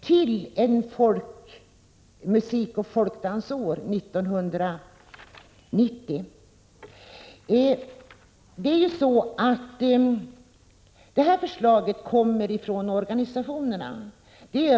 till ett folkmusikoch folkdansår 1990. Förslaget kommer från organisationerna.